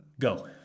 go